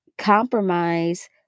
compromise